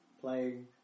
playing